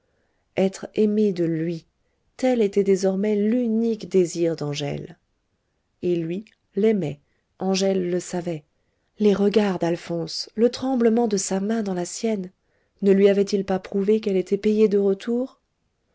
être aime de lui tel était désormais l'unique désir d'angèle et lui l'aimait angèle le savait les regards d'alphonse le tremblement de sa main dans la sienne ne lui avaient-ils pas prouvé qu'elle était payée de retour